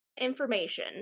information